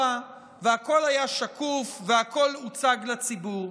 והכול היה שקוף והכול הוצג לציבור.